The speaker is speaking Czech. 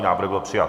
Návrh byl přijat.